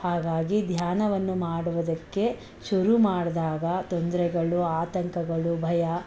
ಹಾಗಾಗಿ ಧ್ಯಾನವನ್ನು ಮಾಡುವುದಕ್ಕೆ ಶುರು ಮಾಡಿದಾಗ ತೊಂದರೆಗಳು ಆತಂಕಗಳು ಭಯ